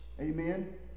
Amen